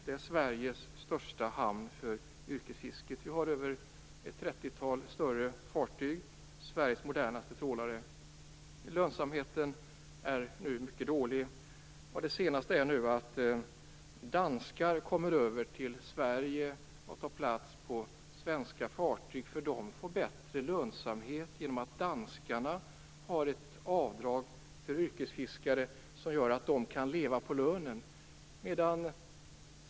Där finns Sveriges största hamn för yrkesfiske. Vi har ett trettiotal större fartyg och Sveriges modernaste trålare. Lönsamheten är mycket dålig. Det senaste är att danskar kommer över till Sverige och tar plats på svenska fartyg. De får nämligen bättre lönsamhet, genom att det finns ett avdrag för danska yrkesfiskare som gör att de kan leva på lönen.